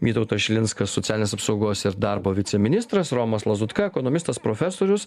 vytautas šilinskas socialinės apsaugos ir darbo viceministras romas lazutka ekonomistas profesorius